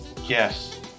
Yes